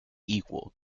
equal